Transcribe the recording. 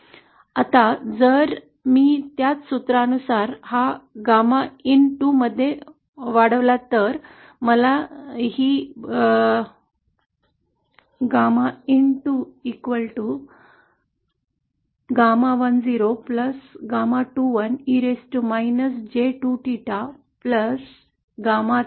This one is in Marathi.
आता जर मी त्याच सूत्रानुसार हा GAMAin2 मध्ये वाढवला तर मला ही बरोबरी मिळते